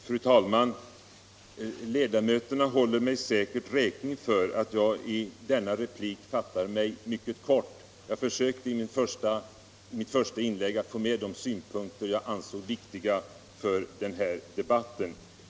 Fru talman! Ledamöterna håller mig säkert räkning för att jag i denna replik fattar mig mycket kort. Jag försökte i mitt första inlägg att få med de synpunkter som jag ansåg viktiga för den här debatten.